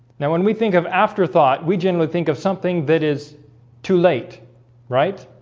now when we think of afterthought we generally think of something that is too late right